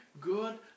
good